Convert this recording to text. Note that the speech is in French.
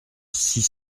six